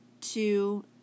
two